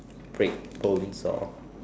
break bones or